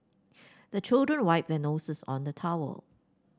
the children wipe their noses on the towel